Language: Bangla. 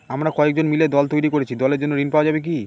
আমরা কয়েকজন মিলে দল তৈরি করেছি দলের জন্য ঋণ পাওয়া যাবে কি?